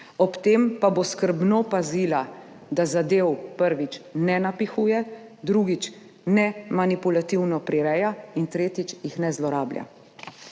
ob tem pa bo skrbno pazila, da zadev, prvič, ne napihuje, drugič, ne manipulativno prireja, in tretjič, jih ne zlorablja.